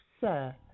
Sir